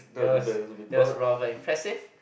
that's that's rather impressive